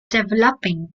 developing